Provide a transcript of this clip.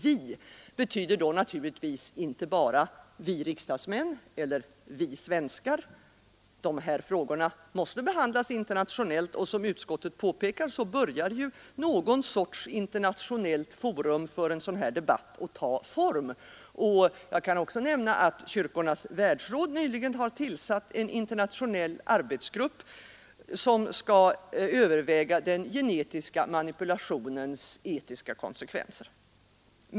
”Vi” intrasslad i våra mä betyder då naturligtvis inte bara vi riksdagsmän eller vi svenskar; de här frågorna måste behandlas internationellt, och som utskottet påpekar börjar ju någon sorts internationellt forum för en sådan debatt att ta form. — Jag kan också nämna att Kyrkornas världsråd nyligen har tillsatt en internationell arbetsgrupp som skall överväga den genetiska manipulationens etiska konsekvenser.